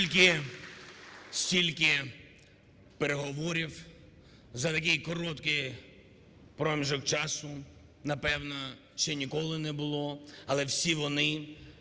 Стільки переговорів за такий короткий проміжок часу, напевно, ще ніколи не було. Але всі вони,